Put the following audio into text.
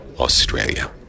Australia